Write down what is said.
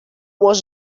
was